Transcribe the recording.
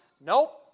Nope